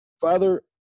Father